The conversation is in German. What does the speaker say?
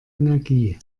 energie